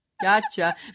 Gotcha